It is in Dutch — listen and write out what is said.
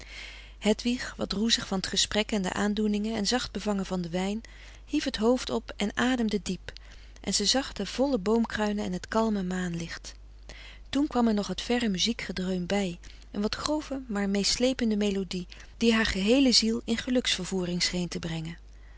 hedwig wat roezig van t gesprek en de aandoeningen en zacht bevangen van den wijn hief het hoofd op en ademde diep en ze zag de volle boomkruinen en het kalme maanlicht toen kwam er nog het verre muziekgedeun bij een wat grove maar mee slepende melodie frederik van eeden van de koele meren des doods die haar geheele ziel in geluksvervoering scheen te brengen